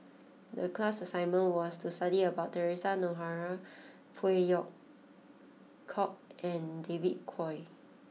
the class assignment was to study about Theresa Noronha Phey Yew Kok and David Kwo